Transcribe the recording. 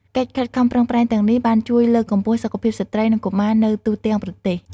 កិច្ចខិតខំប្រឹងប្រែងទាំងនេះបានជួយលើកកម្ពស់សុខភាពស្ត្រី និងកុមារនៅទូទាំងប្រទេស។